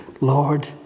Lord